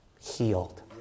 healed